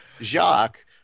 Jacques